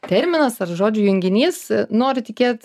terminas ar žodžių junginys noriu tikėt